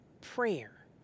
prayer